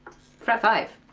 fret five,